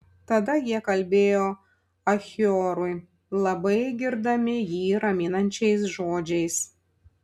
tada jie kalbėjo achiorui labai girdami jį raminančiais žodžiais